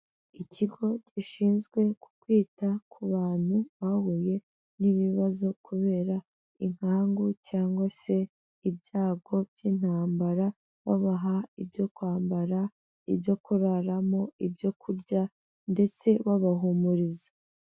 Ikigo gishinzwe ku kwita ku bantu bahuye n'ibibazo kubera inkangu cyangwa se ibyago by'intambara, babaha ibyo kwambara ibyo kuraramo ibyo kurya ndetse babahumuriza.